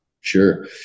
Sure